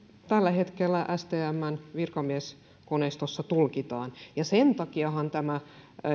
tällä hetkellä stmn virkamieskoneistossa tulkitaan sen takiahan sinänsä tämä